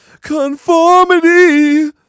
Conformity